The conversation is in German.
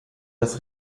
das